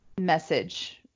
message